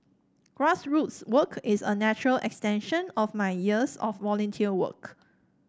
grassroots work is a natural extension of my years of volunteer work